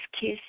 kiss